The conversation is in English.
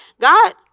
God